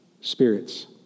spirits